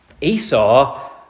Esau